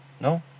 No